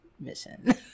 mission